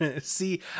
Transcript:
See